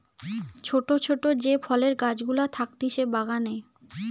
ছোট ছোট যে ফলের গাছ গুলা থাকতিছে বাগানে